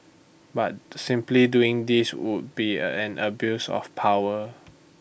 but simply doing this would be an abuse of power